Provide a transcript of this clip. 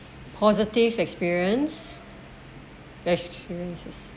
positive experience experiences